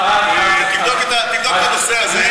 תבדוק את הנושא הזה.